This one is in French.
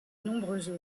nombreuses